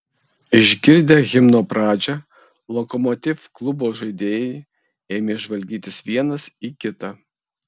išgirdę himno pradžią lokomotiv klubo žaidėjai ėmė žvalgytis vienas į kitą